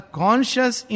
conscious